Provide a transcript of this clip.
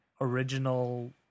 original